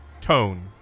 Tone